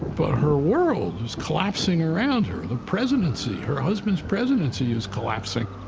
but her world was collapsing around her. the presidency, her husband's presidency is collapsing.